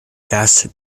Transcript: fast